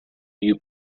you